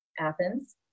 Athens